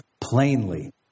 plainly